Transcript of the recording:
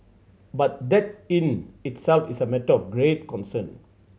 but that in itself is a matter of great concern